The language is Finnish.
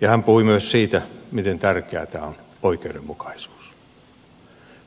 ja hän puhui myös siitä miten tärkeätä on oikeudenmukaisuus